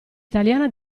italiana